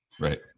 right